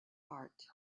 heart